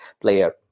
player